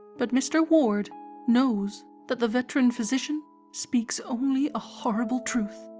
but mr. ward knows that the veteran physician speaks only a horrible truth.